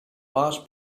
boss